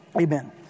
Amen